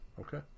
Okay